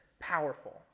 powerful